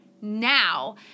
now